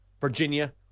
Virginia